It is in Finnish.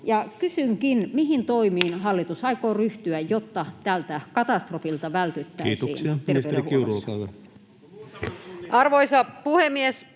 hallitus aikoo ryhtyä, jotta tältä katastrofilta vältyttäisiin terveydenhuollossa? Kiitoksia.